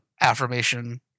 affirmation